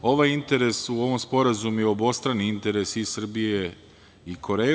Ovaj interes, u ovom sporazumu je obostrani interes i Srbije i Koreje.